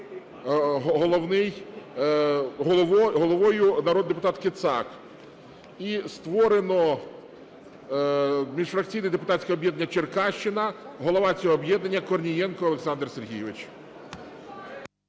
головою - народний депутат Кицак. І створено міжфракційне депутатське об'єднання "Черкащина", голова цього об'єднання - Корнієнко Олександр Сергійович.